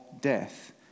death